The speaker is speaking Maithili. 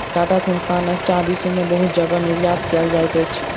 टाटा संस्थानक चाह विश्व में बहुत जगह निर्यात कयल जाइत अछि